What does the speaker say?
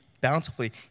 bountifully